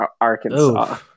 Arkansas